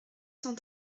cent